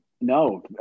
No